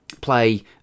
play